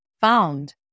found